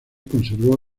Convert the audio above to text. conservó